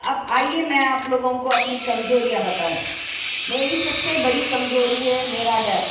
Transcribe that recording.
آپ آئیے میں آپ لوگوں کو اپنی کمزوریاں بتاؤں میری سب سے بڑی کمزوری ہے میرا ڈر